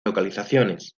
localizaciones